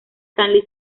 stalin